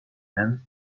and